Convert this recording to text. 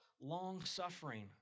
long-suffering